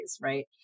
right